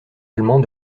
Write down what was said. allemand